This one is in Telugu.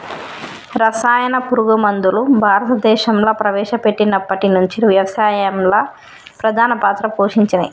రసాయన పురుగు మందులు భారతదేశంలా ప్రవేశపెట్టినప్పటి నుంచి వ్యవసాయంలో ప్రధాన పాత్ర పోషించినయ్